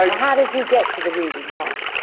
ah how did you get to the reading, mark?